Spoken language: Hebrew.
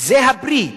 הוא הפרי,